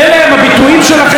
אלה הם הביטויים שלכם.